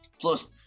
Plus